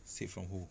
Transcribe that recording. seek from who